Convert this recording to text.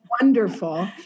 Wonderful